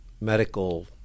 medical